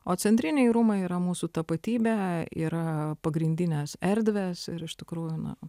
o centriniai rūmai yra mūsų tapatybė yra pagrindinės erdvės ir iš tikrųjų na